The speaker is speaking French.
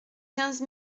quinze